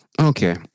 Okay